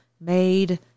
made